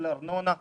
ארנונה וכולי.